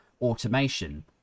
automation